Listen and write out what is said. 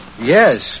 Yes